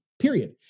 period